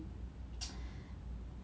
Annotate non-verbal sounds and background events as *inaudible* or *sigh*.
*noise*